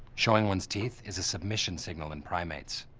showing one's teeth is a submission signal in primates,